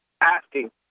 asking